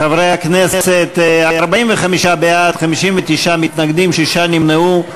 חברי הכנסת, 45 בעד, 59 מתנגדים, שישה נמנעו.